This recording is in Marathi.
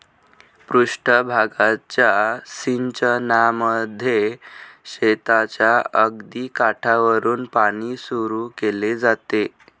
पृष्ठ भागाच्या सिंचनामध्ये शेताच्या अगदी काठावरुन पाणी सुरू केले जाते